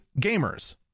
gamers